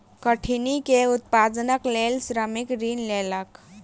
कठिनी के उत्पादनक लेल श्रमिक ऋण लेलक